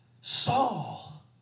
Saul